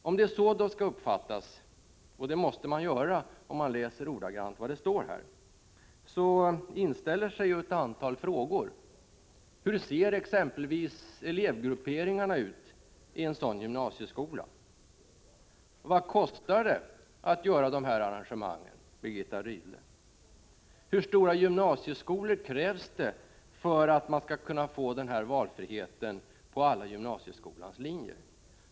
Om det är så man skall uppfatta reservationen, och det måste man göra om man läser ordagrant vad som står där, inställer sig ett antal frågor: Hur ser exempelvis elevgrupperingarna ut i en sådan gymnasieskola? Vad kostar det att göra de här arrangemangen, Birgitta Rydle? Hur stora gymnasieskolor krävs det för att man skall kunna få den här valfriheten på alla gymnasieskolans linjer?